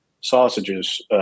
sausages